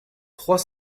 trois